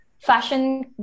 fashion